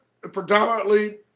predominantly